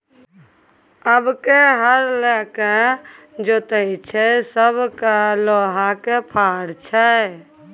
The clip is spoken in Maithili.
आब के हर लकए जोतैय छै सभ लग लोहाक फार छै